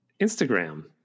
Instagram